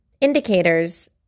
indicators